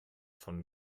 von